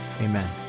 amen